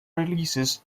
releases